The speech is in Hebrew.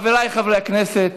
חבריי חברי הכנסת,